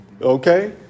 okay